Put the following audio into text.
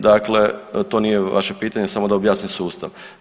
Dakle, to nije vaše pitanje, samo da objasnim sustav.